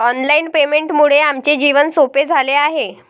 online पेमेंटमुळे आमचे जीवन सोपे झाले आहे